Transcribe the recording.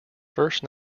first